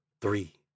three